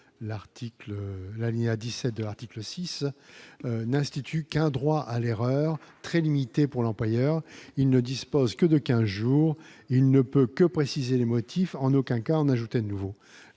l'article la ligne à 17 heures, article 6 n'institut qu'un droit à l'erreur très limité pour l'employeur, il ne dispose que de 15 jours il ne peut que préciser les motifs en aucun cas en ajouter de nouveaux